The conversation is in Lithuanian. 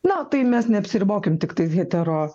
na tai mes neapsiribokim tiktais hetero